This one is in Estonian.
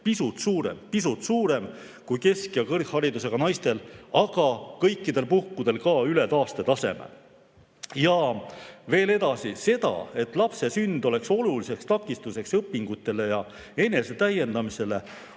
naistel pisut suurem kui kesk‑ ja kõrgharidusega naistel, aga kõikidel puhkudel ka üle taastetaseme. Ja veel edasi. Seda, et lapse sünd oleks oluliseks takistuseks õpingutele ja enesetäiendamisele,